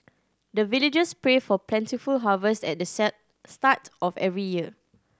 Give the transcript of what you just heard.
the villagers pray for plentiful harvest at the start of every year